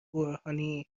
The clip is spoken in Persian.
برهانی